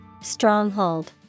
Stronghold